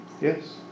Yes